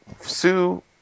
Sue